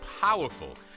powerful